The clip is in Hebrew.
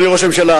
אדוני ראש הממשלה,